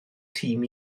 tîm